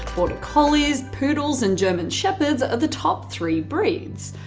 border collies, poodles, and german shepherds are the top three breeds.